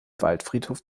waldfriedhof